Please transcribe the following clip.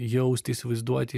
jausti įsivaizduoti